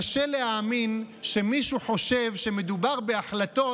קשה להאמין שמישהו חושב שמדובר בהחלטות